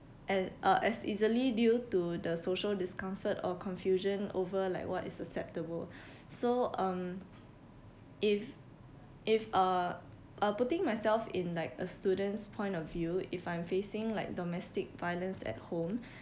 and uh as easily due to the social discomfort or confusion over like what is acceptable so um if if uh uh putting myself in like a student's point of view if I'm facing like domestic violence at home